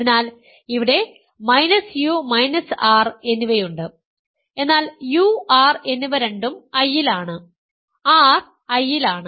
അതിനാൽ ഇവിടെ u r എന്നിവ ഉണ്ട് എന്നാൽ u r എന്നിവ രണ്ടും I യിലാണ് r I യിലാണ്